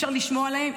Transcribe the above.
אי-אפשר לשמוע להם,